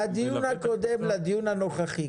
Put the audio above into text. מהדיון הקודם לדיון הנוכחי,